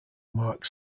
mark